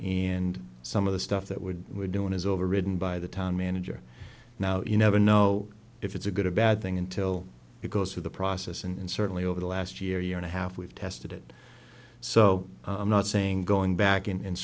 and some of the stuff that would we're doing is overridden by the town manager now you never know if it's a good or bad thing until it goes through the process and certainly over the last year year and a half we've tested it so i'm not saying going back